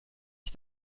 ich